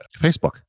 Facebook